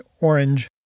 orange